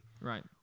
Right